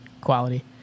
quality